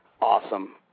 Awesome